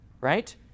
right